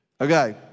Okay